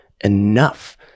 enough